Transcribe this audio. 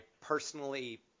personally